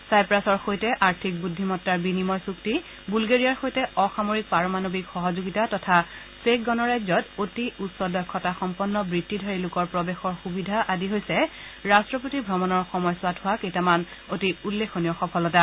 চাইপ্ৰাচৰ সৈতে আৰ্থিক বুদ্ধিমতাৰ বিনিময় চুক্তি বুলগেৰিয়াৰ সৈতে অসামৰিক পাৰমাণৱিক সহযোগিতা তথা চেক গণৰাজ্যত অতি উচ্চ দক্ষতা সম্পন্ন বৃত্তিধাৰী লোকৰ প্ৰৱেশৰ সুবিধা আদি হৈছে ৰাট্টপতিৰ ভ্ৰমণৰ সময়ছোৱাত হোৱা কেইটামান অতি উল্লেখনীয় সফলতা